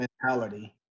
mentality